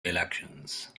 elections